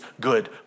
good